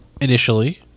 initially